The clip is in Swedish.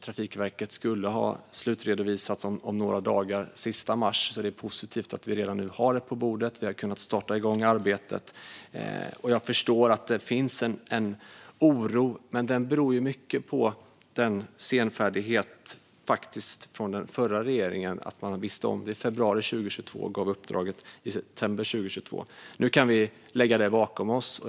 Trafikverket skulle ha slutredovisat uppdraget om några dagar, den sista mars. Det är alltså positivt att vi redan nu har detta på bordet. Vi har kunnat starta arbetet. Jag förstår att det finns en oro, men den beror mycket på senfärdigheten från den förra regeringen. Man visste om detta i februari 2022 och gav uppdraget i september 2022. Nu kan vi lägga detta bakom oss.